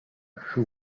who